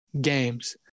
games